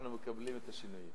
אנחנו מקבלים את השינוי.